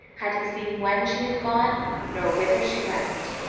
had he seen when she had gone nor whither she went.